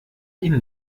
ihn